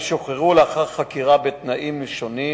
הם שוחררו לאחר חקירה בתנאים שונים,